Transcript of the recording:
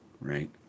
right